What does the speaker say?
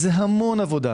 זה המון עבודה